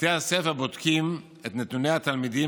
בתי הספר בודקים את נתוני התלמידים